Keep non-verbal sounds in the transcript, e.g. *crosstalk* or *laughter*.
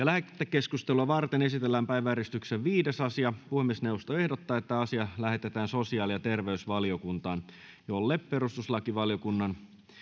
*unintelligible* lähetekeskustelua varten esitellään päiväjärjestyksen viides asia puhemiesneuvosto ehdottaa että asia lähetetään sosiaali ja terveysvaliokuntaan jolle perustuslakivaliokunnan